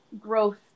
growth